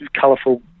colourful